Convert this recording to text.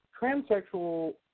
Transsexual